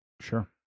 Sure